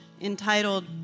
entitled